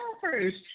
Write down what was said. first